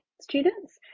students